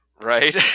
right